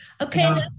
Okay